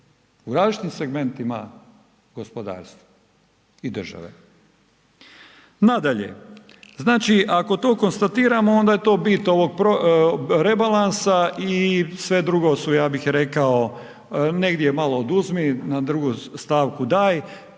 u različitim segmentima gospodarstva i države? Nadalje, znači ako to konstatiramo onda je to bit ovog rebalansa i sve drugo su ja bih rekao negdje malo oduzmi, na drugu stavku daj,